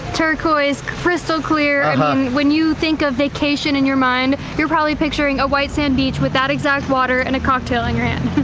turquoise, crystal clear, i mean um when you think of vacation in your mind, you're probably picturing a white sand beach with that exact water and a cocktail on your hand.